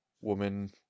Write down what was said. woman